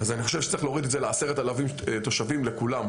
אז אני חושב שצריך להוריד את זה ל-10,000 תושבים לכולם,